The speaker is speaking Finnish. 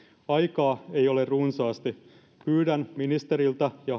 aikaa ei ole runsaasti pyydän ministeriltä ja